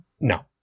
No